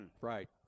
Right